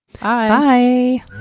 Bye